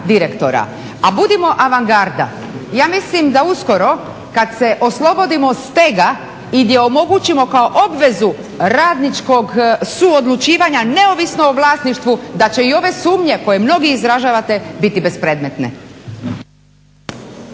a budimo avangarda. Ja mislim da uskoro kad se oslobodimo stega i gdje omogućimo kao obvezu radničkog suodlučivanja neovisno o vlasništvu da će i ove sumnje koje mnogi izražavate biti bespredmetne.